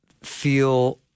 feel